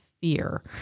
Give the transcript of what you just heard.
fear